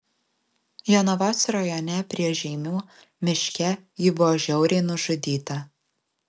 jonavos rajone prie žeimių miške ji buvo žiauriai nužudyta